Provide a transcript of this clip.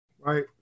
Right